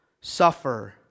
suffer